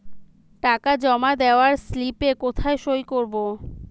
টাকা জমা দেওয়ার স্লিপে কোথায় সই করব?